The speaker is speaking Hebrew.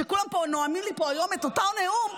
כולם פה נואמים לי היום את אותו נאום,